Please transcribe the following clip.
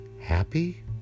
happy